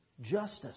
justice